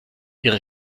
ihre